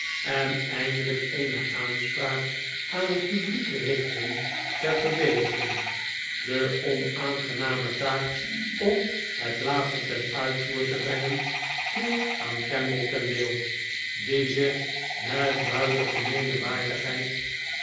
en eindelijk eene aanspraak aan het publiek richtten ter verdediging de onaangename taak om het laatste ten uitvoer te brengen viel aan kemble ten deel die zich met buitengemeene waardigheid